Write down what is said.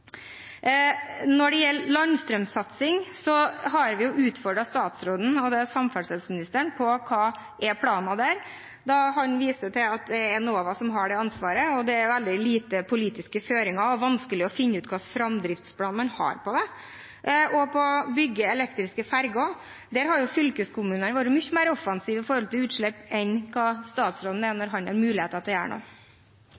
Når det gjelder landstrømsatsing, har vi utfordret samferdselsministeren på hva som er planen der. Han viser til at det er Enova som har det ansvaret. Det er veldig lite politiske føringer og vanskelig å finne ut hva slags framdriftsplan man har for det. Når det gjelder å bygge elektriske ferjer, har fylkeskommunene vært mye mer offensive når det gjelder utslipp, enn statsråden